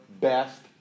best